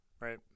Right